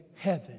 heaven